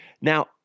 Now